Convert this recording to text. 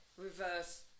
Reverse